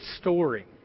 story